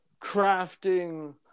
crafting